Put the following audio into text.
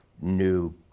new